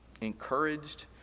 encouraged